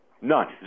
None